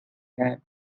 had